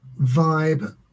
vibe